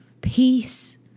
peace